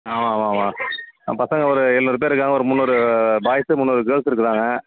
ஆமாம் ஆமாம் ஆமாம் நம் பசங்கள் ஒரு எழுநூறு இருக்காங்க ஒரு முந்நூறு பாய்ஸ்ஸு முந்நூறு கேர்ள்ஸ்ஸு இருக்கிறாங்க